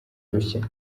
rushya